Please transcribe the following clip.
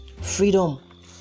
freedom